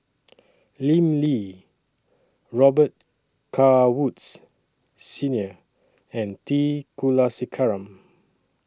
Lim Lee Robet Carr Woods Senior and T Kulasekaram